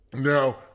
Now